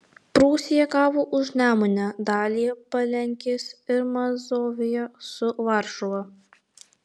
prūsija gavo užnemunę dalį palenkės ir mazoviją su varšuva